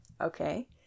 Okay